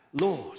Lord